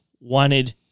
wanted